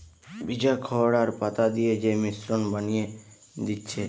ভিজা খড় আর পাতা দিয়ে যে মিশ্রণ বানিয়ে দিচ্ছে